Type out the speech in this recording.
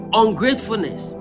ungratefulness